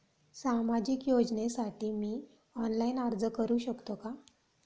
सामाजिक योजनेसाठी मी ऑनलाइन अर्ज करू शकतो का?